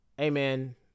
Amen